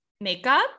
makeup